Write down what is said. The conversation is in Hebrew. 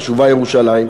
חשובה ירושלים,